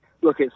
Look